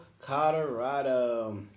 Colorado